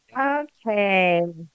Okay